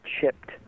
chipped